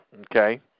okay